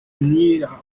umwirabura